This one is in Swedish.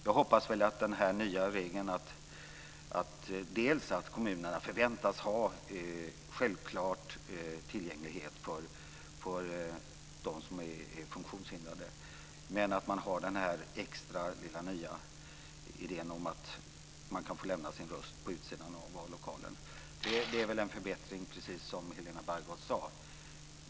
Här hoppas jag på den nya regeln om att kommunerna förväntas ha tillgänglighet för funktionshindrade och också den lilla extra nya idén om att man kan få lämna sin röst på utsidan av vallokalen. Det är väl en förbättring, precis som Helena Bargholtz sade.